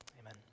Amen